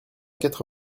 quatre